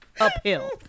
Uphill